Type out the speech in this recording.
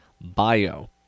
bio